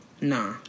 Nah